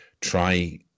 try